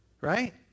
right